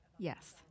yes